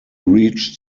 reached